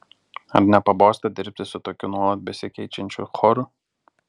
ar nepabosta dirbti su tokiu nuolat besikeičiančiu choru